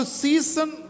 season